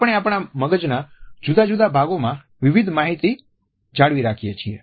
આપણે આપણા મગજના જુદા જુદા ભાગોમાં વિવિધ માહિતી જાળવી રાખીએ છીએ